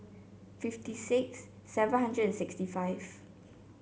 fifty six seven hundred and sixty five